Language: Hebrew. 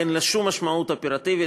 אין לה שום משמעות אופרטיבית,